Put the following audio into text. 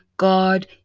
God